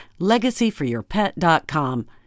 LegacyForYourPet.com